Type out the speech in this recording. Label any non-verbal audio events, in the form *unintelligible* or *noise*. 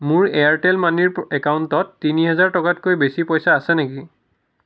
মোৰ এয়াৰটেল মানিৰ *unintelligible* একাউণ্টত তিনি হেজাৰ টকাতকৈ বেছি পইচা আছে নেকি